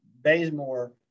Bazemore